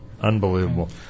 Unbelievable